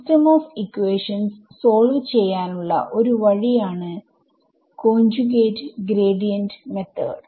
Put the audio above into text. system of equations solve ചെയ്യാനുള്ള ഒരു വഴിയാണ് കോഞ്ചുഗേറ്റ് ഗ്രാഡിയന്റ് മെത്തോഡ്